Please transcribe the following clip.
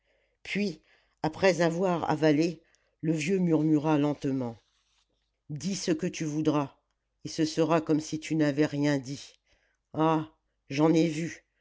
puis après avoir avalé le vieux murmura lentement dis ce que tu voudras et ce sera comme si tu n'avais rien dit ah j'en ai vu